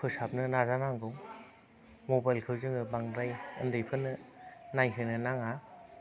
फोसाबनो नाजानांगौ मबाइलखौ जोङो बांद्राय उन्दैफोरनो नायहोनो नाङा